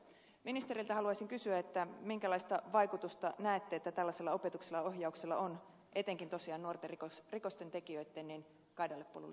ministeriltä haluaisin kysyä minkälaista vaikutusta näette että tällaisella opetuksella ja ohjauksella on tosiaan etenkin nuorten rikostentekijöitten kaidalle polulle saattamisessa